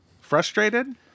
Frustrated